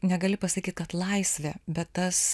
negali pasakyt kad laisvė bet tas